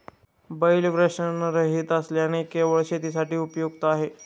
बैल वृषणरहित असल्याने केवळ शेतीसाठी उपयुक्त आहे